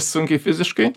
sunkiai fiziškai